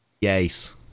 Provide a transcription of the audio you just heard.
Yes